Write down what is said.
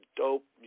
dope